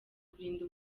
kurinda